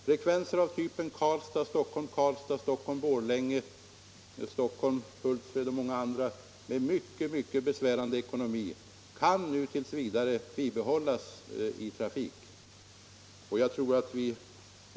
Frekvenser av typen Stockholm-Karlstad, Stockholm-Borlänge, Stockholm-Hultsfred och många andra med mycket besvärande ekonomi kan nut. v. bibehållas.